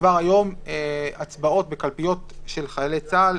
כבר היום, הצבעות בקלפיות של חיילי צה"ל,